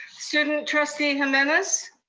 student trustee jimenez.